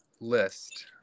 list